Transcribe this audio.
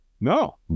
No